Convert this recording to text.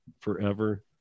forever